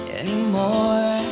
anymore